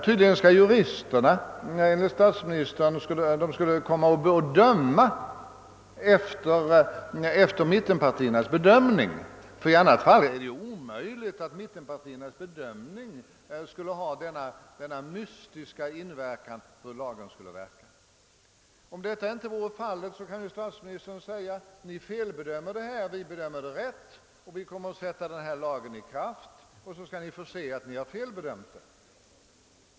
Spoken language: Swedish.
Tydligen skall de dömande juristerna, enligt vad statsministern tror, komma att rätta sig efter mittenpartiernas förhandsbedömning, ty i annat fall är det orimligt att denna skulle kunna få en sådan mystisk inverkan på lagens tilllämpning i fråga om stegringens höjd. Om detta inte vore fallet, kunde ju statsministern säga att vi felbedömer denna fråga och att hans parti bedömer den rätt, och sedan kunde han sätta lagen i kraft, så att han kunde visa att vi hade haft fel.